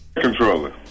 controller